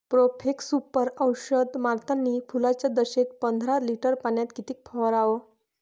Profex Super औषध मारतानी फुलाच्या दशेत पंदरा लिटर पाण्यात किती फवाराव?